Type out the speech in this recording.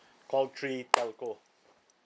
call three telco